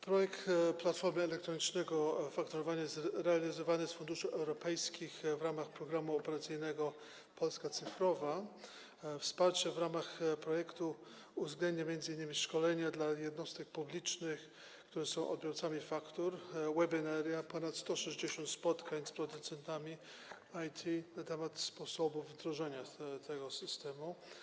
projekt platformy elektronicznego fakturowania jest realizowany z funduszy europejskich w ramach Programu Operacyjnego „Polska cyfrowa”, a wsparcie w ramach projektu uwzględnia m.in. szkolenie dla jednostek publicznych, które są odbiorcami faktur, webinaria, ponad 160 spotkań z producentami IT na temat sposobu wdrożenia tego systemu.